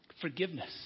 forgiveness